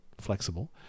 flexible